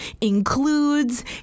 includes